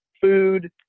food